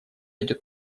идет